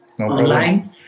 Online